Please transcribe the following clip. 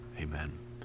Amen